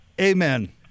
Amen